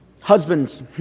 husbands